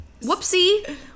whoopsie